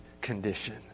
condition